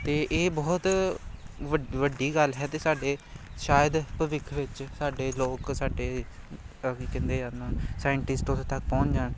ਅਤੇ ਇਹ ਬਹੁਤ ਵੱ ਵੱਡੀ ਗੱਲ ਹੈ ਅਤੇ ਸਾਡੇ ਸ਼ਾਇਦ ਭਵਿੱਖ ਵਿੱਚ ਸਾਡੇ ਲੋਕ ਸਾਡੇ ਆ ਕੀ ਕਹਿੰਦੇ ਆ ਉਨ੍ਹਾਂ ਨੂੰ ਸਾਇੰਟਿਸਟ ਉੱਥੇ ਤੱਕ ਪਹੁੰਚ ਜਾਣ